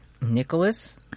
Nicholas